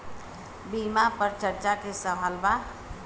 बीमा पर चर्चा के सवाल बा?